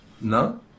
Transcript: no